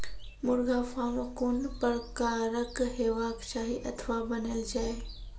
मुर्गा फार्म कून प्रकारक हेवाक चाही अथवा बनेल जाये?